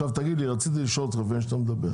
רציתי לשאול קודם,